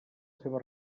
seva